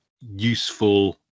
useful